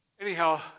anyhow